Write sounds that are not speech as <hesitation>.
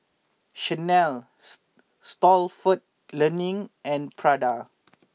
Chanel <hesitation> Stalford Learning and Prada